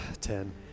Ten